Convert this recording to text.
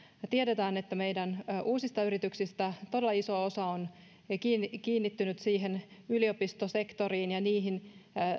tiedetään että meidän uusista yrityksistä todella iso osa on kiinnittynyt yliopistosektoriin ja niihin